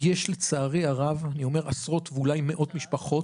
יש לצערי הרב, אני אומר עשרות ואולי מאות משפחות,